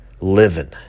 living